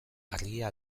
argia